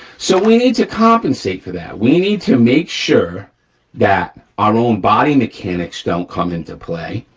so we need to compensate for that, we need to make sure that our own body mechanics don't come into play,